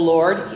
Lord